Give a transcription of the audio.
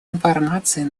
информацией